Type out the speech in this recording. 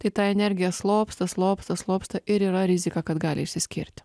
tai ta energija slopsta slopsta slopsta ir yra rizika kad gali išsiskirti